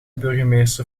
burgemeester